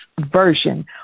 Version